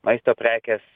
maisto prekės